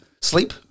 sleep